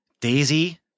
Daisy